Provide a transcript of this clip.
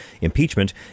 impeachment